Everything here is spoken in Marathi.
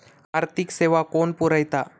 आर्थिक सेवा कोण पुरयता?